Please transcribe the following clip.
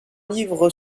livre